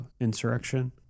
insurrection